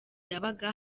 yabaga